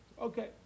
Okay